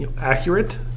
accurate